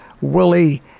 Willie